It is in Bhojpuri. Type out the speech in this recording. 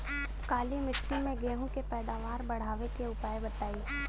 काली मिट्टी में गेहूँ के पैदावार बढ़ावे के उपाय बताई?